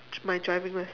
my driving eh